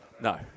No